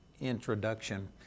introduction